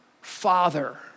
Father